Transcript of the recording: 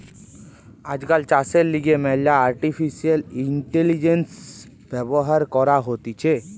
আজকাল চাষের লিগে ম্যালা আর্টিফিশিয়াল ইন্টেলিজেন্স ব্যবহার করা হতিছে